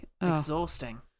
exhausting